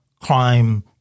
crime